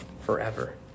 forever